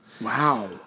Wow